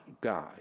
God